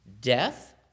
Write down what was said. death